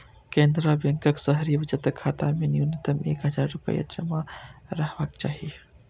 केनरा बैंकक शहरी बचत खाता मे न्यूनतम एक हजार रुपैया जमा रहबाक चाही